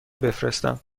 بفرستم